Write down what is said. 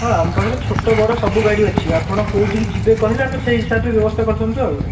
ହଁ ଆମ ପାଖରେ ଛୋଟ ବଡ଼ ସବୁ ଗାଡ଼ି ଅଛି ଆପଣ କୋଉଠିକି ଯିବେ କହିଲେ ଆମେ ସେଇ ହିସାବରେ ବ୍ୟବସ୍ଥା କରିଥାନ୍ତୁ ଆଉ